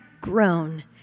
grown